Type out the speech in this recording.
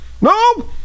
No